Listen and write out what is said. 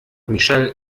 michelle